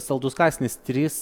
saldus kąsnis trys